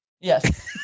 Yes